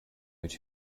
mit